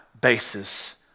basis